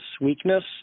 weakness